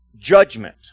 judgment